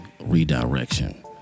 redirection